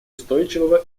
устойчивого